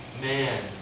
man